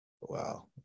Wow